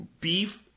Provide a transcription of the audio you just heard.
beef